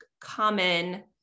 common